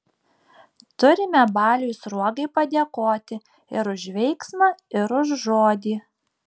turime baliui sruogai padėkoti ir už veiksmą ir už žodį